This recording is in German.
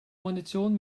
munition